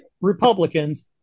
Republicans